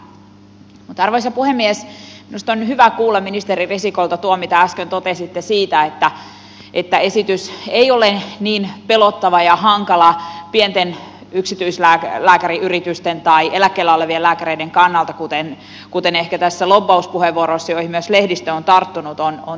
minusta on hyvä kuulla ministeri risikolta tuo mitä äsken totesitte että esitys ei ole niin pelottava ja hankala pienten yksityislääkäriyritysten tai eläkkeellä olevien lääkäreiden kannalta kuin ehkä näissä lobbauspuheenvuoroissa joihin myös lehdistö on tarttunut on todettu